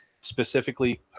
specifically